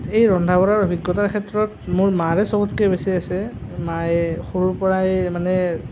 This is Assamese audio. এই ৰন্ধা বঢ়াৰ অভিজ্ঞতাৰ ক্ষেত্ৰত মোৰ মাৰে সবতকৈ বেছি আছে মায়ে সৰুৰ পৰাই মানে